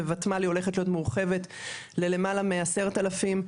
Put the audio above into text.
היא הולכת להיות מורחבת ללמעלה מעשרת אלפים.